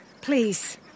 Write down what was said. Please